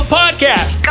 podcast